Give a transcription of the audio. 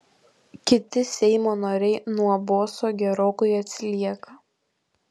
kiti seimo nariai nuo boso gerokai atsilieka